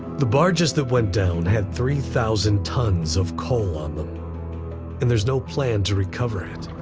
the barges that went down had three thousand tons of coal on them and there is no plan to recover it.